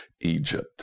Egypt